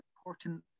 important